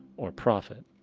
or profit.